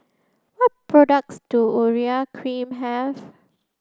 what products does Urea cream have